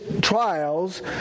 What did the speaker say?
trials